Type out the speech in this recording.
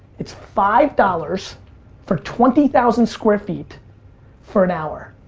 it's five dollars for twenty thousand square feet for an hour.